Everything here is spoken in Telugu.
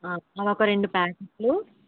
అవి ఒక రెండు ప్యాకెట్లు